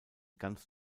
ganz